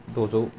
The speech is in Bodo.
दजौ